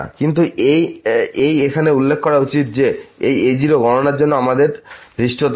কিন্তু এই এখানে উল্লেখ করা উচিত যে এই a0 গণনার জন্য আমাদের ধৃষ্টতা হয়